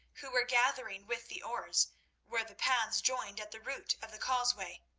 who were gathering with the oars where the paths joined at the root of the causeway,